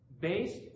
based